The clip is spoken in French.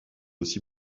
aussi